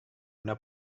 una